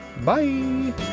Bye